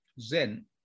Zen